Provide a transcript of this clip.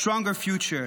stronger future.